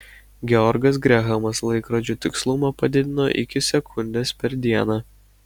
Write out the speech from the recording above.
georgas grehamas laikrodžių tikslumą padidino iki sekundės per dieną